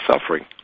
suffering